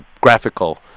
graphical